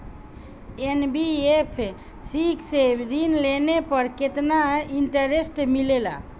NBFC से ऋण लेने पर केतना इंटरेस्ट मिलेला?